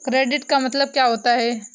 Credit का मतलब क्या होता है?